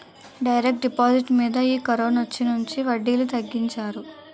direct deposit మీద ఈ కరోనొచ్చినుంచి వడ్డీలు తగ్గించారు